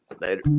Later